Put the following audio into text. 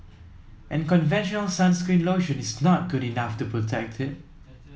and conventional sunscreen lotion is not good enough to protect it